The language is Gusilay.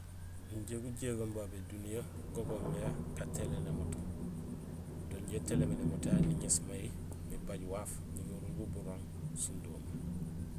Injé gujégoom babé duniya go goomé gatéhiléén émoto. Do inja itéhiléén mé némoto ya niŋéés may nibaaj waaf niŋorul bo burooŋ sundohoom